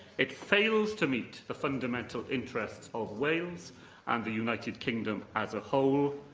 it fails to meet the fundamental interests of wales and the united kingdom as a whole,